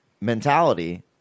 mentality